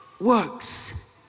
works